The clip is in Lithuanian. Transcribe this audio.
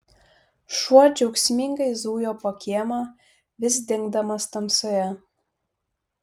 šuo džiaugsmingai zujo po kiemą vis dingdamas tamsoje